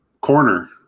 corner